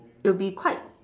it will be quite